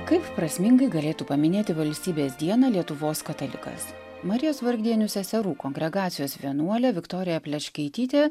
kaip prasmingai galėtų paminėti valstybės dieną lietuvos katalikas marijos vargdienių seserų kongregacijos vienuolė viktorija plečkaitytė